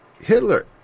Hitler